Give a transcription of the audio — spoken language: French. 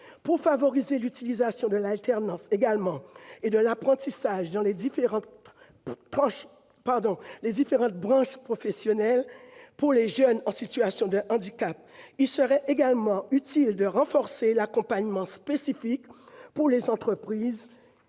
Pour favoriser l'utilisation de l'alternance et de l'apprentissage dans les différentes branches professionnelles, pour les jeunes en situation de handicap, il serait également utile de renforcer l'accompagnement spécifique pour les entreprises